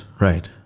right